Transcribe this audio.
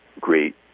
great